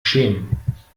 schämen